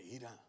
ira